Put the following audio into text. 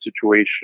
situation